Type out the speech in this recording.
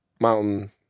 mountain